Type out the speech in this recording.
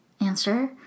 answer